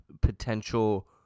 potential